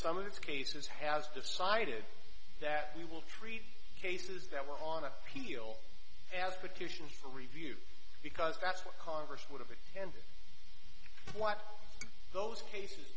those cases has decided that we will treat cases that were on appeal as petitions for review because that's what congress would have been handed what those cases